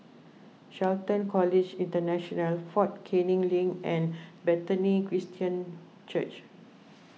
Shelton College International fort Canning Link and Bethany Christian Church